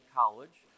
college